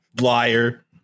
liar